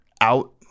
out